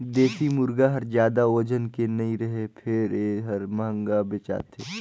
देसी मुरगा हर जादा ओजन के नइ रहें फेर ए हर महंगा में बेचाथे